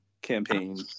campaign